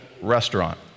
restaurant